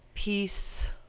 Peace